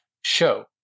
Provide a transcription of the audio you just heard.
show